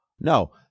No